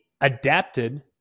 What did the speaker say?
adapted